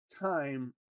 time